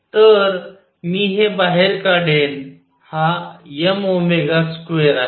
तर मी हे बाहेर काढेन हा m ओमेगा स्क्वेअर आहे